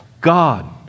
God